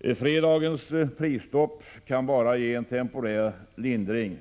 4. Fredagens prisstopp kan bara ge temporär lindring.